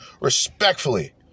Respectfully